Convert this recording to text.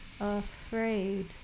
afraid